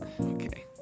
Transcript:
Okay